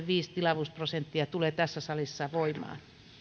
viisi tilavuusprosenttia tulee tässä salissa voimaan